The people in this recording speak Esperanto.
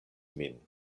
min